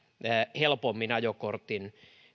helpommin ajokortin